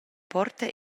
porta